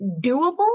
doable